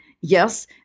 yes